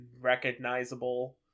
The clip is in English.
Recognizable